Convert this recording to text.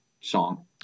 song